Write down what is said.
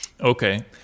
Okay